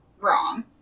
wrong